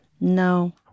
no